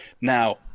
Now